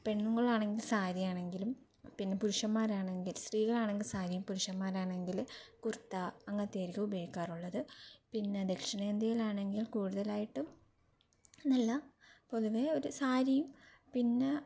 പെണ്ണുങ്ങൾ ആണെങ്കിൽ സാരി ആണെങ്കിലും പിന്നെ പുരുഷന്മാർ ആണെങ്കിൽ സ്ത്രീകളാണെങ്കിൽ സാരിയും പുരുഷന്മാരാണെങ്കിൽ കുർത്ത അങ്ങനത്തെ ആയിരിക്കും ഉപയോഗിക്കാറുള്ളത് പിന്നെ ദക്ഷിണേന്ത്യയിൽ ആണെങ്കിൽ കൂടുതലായിട്ടും അല്ല പൊതുവേ ഒരു സാരിയും പിന്നെ